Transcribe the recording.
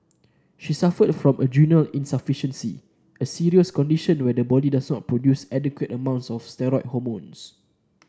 she suffered from adrenal insufficiency a serious condition where the body does not produce adequate amounts of steroid hormones